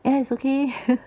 !aiya! it's okay